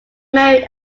married